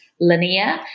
linear